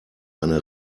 eine